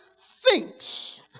thinks